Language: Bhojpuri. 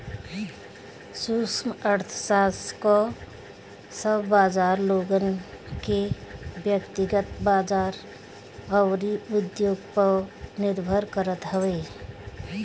सूक्ष्म अर्थशास्त्र कअ सब बाजार लोगन के व्यकतिगत बाजार अउरी उद्योग पअ निर्भर करत हवे